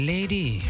Lady